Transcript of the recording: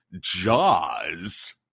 Jaws